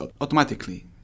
automatically